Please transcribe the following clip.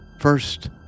First